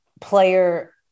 player